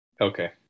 Okay